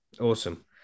awesome